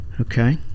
Okay